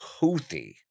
Houthi